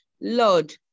Lord